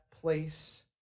place